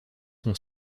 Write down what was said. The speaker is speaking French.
son